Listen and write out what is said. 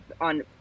on